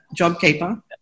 JobKeeper